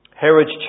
Herod's